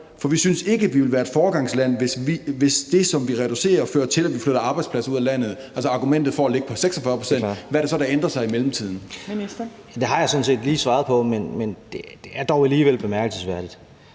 For vi synes ikke, at vi vil være et foregangsland, hvis det, som vi reducerer, fører til, at vi flytter arbejdspladser ud af landet.« Det var altså argumentet for at ligge på 46 pct. Hvad er det så, der har ændret sig i mellemtiden? Kl. 18:15 Fjerde næstformand (Trine Torp): Ministeren.